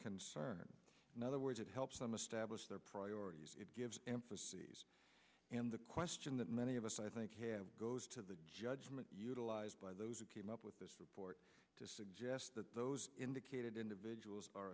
concern in other words it helps them establish their priorities it gives emphases and the question that many of us i think goes to the judgment utilized by those who came up with this report to suggest those indicated individuals are